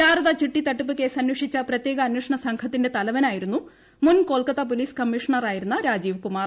ശാരദ ചിട്ടി തട്ടിപ്പ് കേസ് അന്വേഷിച്ച പ്രത്യേക അന്വേഷണ സംഘത്തിന്റെ തലവനായിരുന്നു മുൻ കൊൽക്കത്ത പോലീസ് കമ്മീഷണർ രാജീവ് കുമാർ